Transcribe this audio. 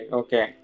okay